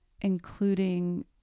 including